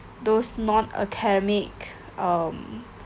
those non academic um